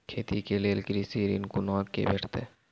खेती के लेल कृषि ऋण कुना के भेंटते?